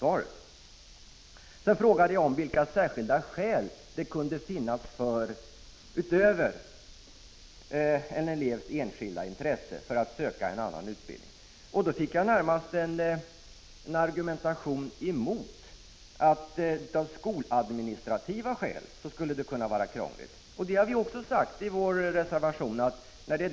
Sedan frågade jag vilka särskilda skäl det kunde finnas utöver en elevs enskilda intressen för att söka en annan utbildning. På detta fick jag närmast en argumentation om att det kunde bli krångligt av skoladministrativa skäl. Det har vi också skrivit i vår reservation.